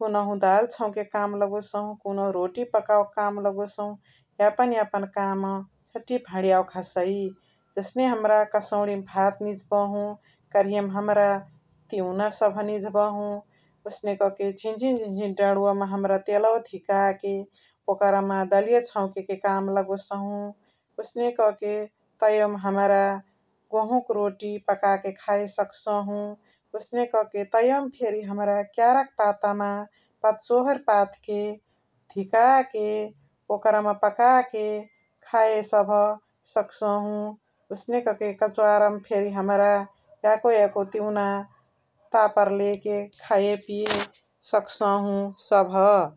कुनुहु दाल चौक के काम लगोसहु, कुनुहु रोटी पकाउ के काम लगोसहु यापन यापन काम चाटी भणियावाक काम हसइ । जसने हमरा कसौणी मा भात निझबहु, कर्हियामा हमरा तिउना सभ निझबहु ओसने क के झिन झिन डणुवा मा हमरा तेलवा धिका के ओकर मा दलिया चउकके काम लगोसहु । ओसने क के तयावा मा हमरा गोहु क रोटी पकाके खाय सक्सहु । ओसने क के तयावा मा फेरी हमरा केयारा क पाता मा पत्सोहर पथ के धिका के ओकर मा पकाके खाय सभ सक्सहु । ओसने क के कचुवार मा फेरी हमरा याको याको तिउना पातर लेके खाइके पिय सक्सहु सभ ।